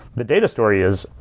the data story is,